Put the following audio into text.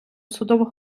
судового